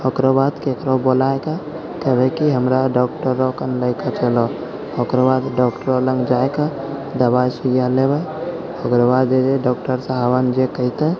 ओकरऽ बाद ककरो बुलाके कहबै कि हमरा डॉक्टर लग लऽकऽ चलह ओकर बाद डॉक्टर लग जाके दवाइ सुइआ लेबै ओकर बाद जे जे डॉक्टर साहब जे कहतै